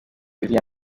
uriya